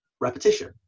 Repetition